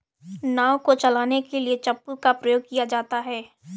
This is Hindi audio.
नाव को चलाने के लिए चप्पू का प्रयोग किया जाता है